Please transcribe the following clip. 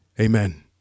amen